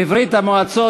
בברית-המועצות,